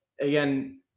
again